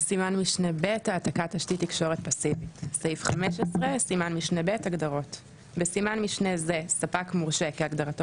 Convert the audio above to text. סימן משנה ב' הגדרות 15. בסימן משנה זה "ספק מורשה" כהגדרתו